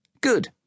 Good